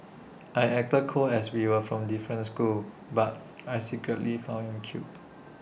I acted cold as we were from different schools but I secretly found him cute